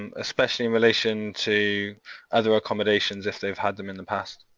um especially in relation to other accommodations if they've had them in the past?